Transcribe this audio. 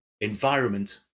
environment